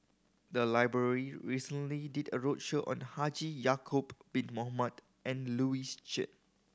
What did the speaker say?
the library recently did a roadshow on Haji Ya'acob Bin Mohamed and Louis Chen